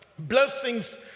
blessings